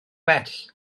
bell